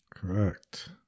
Correct